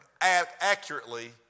accurately